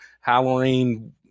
Halloween